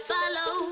Follow